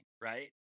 right